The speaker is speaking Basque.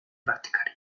praktikari